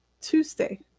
Tuesday